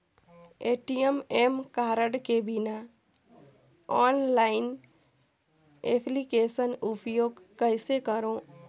ATM card के बिना online application उपयोग कइसे करो?